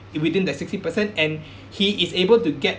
within that sixty percent and he is able to get